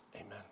Amen